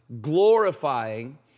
glorifying